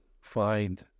find